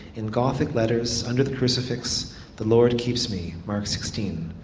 in gothic letters under the crucifix the lord keeps me mark sixteen.